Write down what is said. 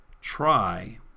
try